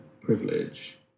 privilege